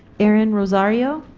aaron rosario,